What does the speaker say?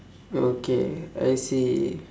okay I see